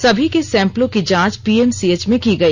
सभी के सैंपलों की जांच पीएमसीएच में गई